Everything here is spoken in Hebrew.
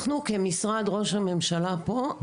אנחנו כמשרד ראש הממשלה פה,